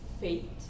fate